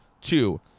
Two